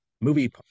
movie